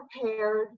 prepared